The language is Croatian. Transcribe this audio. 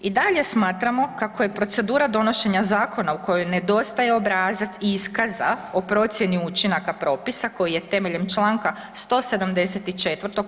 I dalje smatramo kako je procedura donošenja zakona u kojoj nedostaje obrazac iskaza o procijeni učinaka propisa koji je temeljem čl. 174.